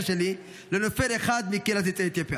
שלי לנופל אחד מקהילת יוצאי אתיופיה,